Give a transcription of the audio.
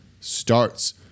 starts